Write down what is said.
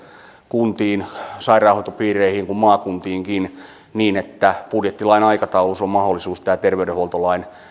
kuntiin sairaanhoitopiireihin kuin maakuntiinkin niin että budjettilain aikataulussa on mahdollisuus nämä terveydenhuoltolain